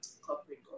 corporate